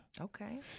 Okay